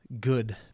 good